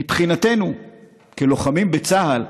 מבחינתנו כלוחמים בצה"ל,